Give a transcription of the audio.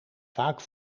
vaak